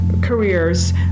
careers